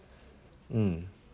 mm